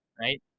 right